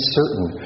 certain